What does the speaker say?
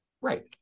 Right